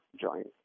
joint